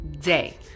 day